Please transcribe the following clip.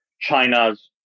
China's